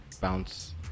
bounce